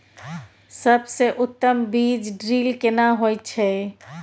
सबसे उत्तम बीज ड्रिल केना होए छै?